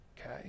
okay